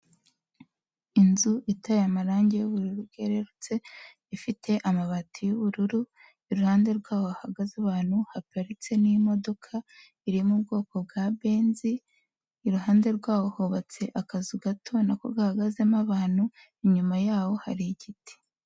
Inzu itaye amarangi y'ubururu bwererutse, ifite amabati y'ubururu, iruhande rwaho hagaze ahantu haparitse n'imodoka iri mu bwoko bwa benzi, iruhande rwaho hubatse akazu gato nako gahagazemo abantu, inyuma yaho hari igiti.